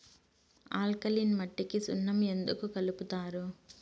alkaline మట్టికి సున్నం ఎందుకు కలుపుతారు